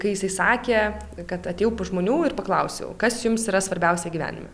kai jisai sakė kad atėjau pas žmonių ir paklausiau kas jums yra svarbiausia gyvenime